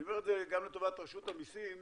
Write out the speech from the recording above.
אני אומר את זה גם לטובת רשות המיסים,